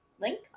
link